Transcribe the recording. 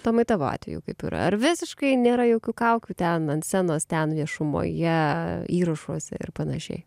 tomai tavo atveju kaip yra ar visiškai nėra jokių kaukių ten ant scenos ten viešumoje įrašuose ir panašiai